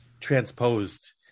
transposed